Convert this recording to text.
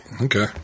Okay